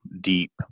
deep